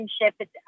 relationship